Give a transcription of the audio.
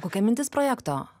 kokia mintis projekto